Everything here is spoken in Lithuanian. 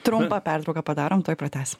trumpą pertrauką padarom tuoj pratęsim